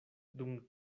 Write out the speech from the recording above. dum